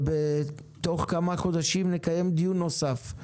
בתוך כמה חודשים נקיים דיון נוסף.